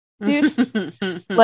dude